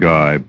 Guy